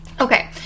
Okay